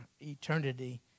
eternity